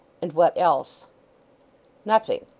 and what else nothing.